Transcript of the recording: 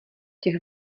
těch